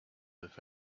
with